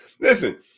Listen